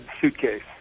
suitcase